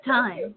time